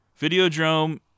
Videodrome